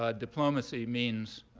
ah diplomacy means